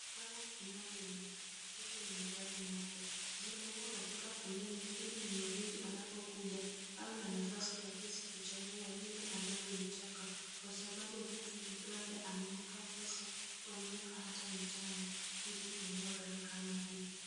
Kama tunavyoona hizi ni magari mapya. Zimeekwa katika foleni ili mnunuzi anapokuja awe na urahisi kuchagua lile analolitaka kwasababu mtu labda ameeka pesa kwa miaka hata mitano ili kununua gari kama hii.